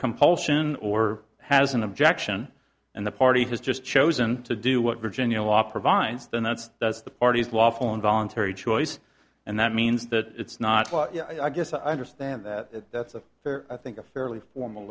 compulsion or has an objection and the party has just chosen to do what virginia law provides the nuts does the party's lawful and voluntary choice and that means that it's not what yeah i guess i understand that that's a fair i think a fairly formal